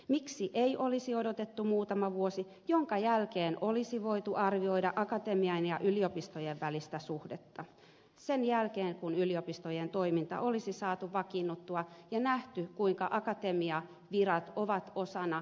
miksi ei olisi odotettu muutama vuosi jonka jälkeen olisi voitu arvioida akatemian ja yliopistojen välistä suhdetta sen jälkeen kun yliopistojen toiminta olisi saatu vakiinnutettua ja nähty kuinka akatemiavirat ovat osana yliopistoja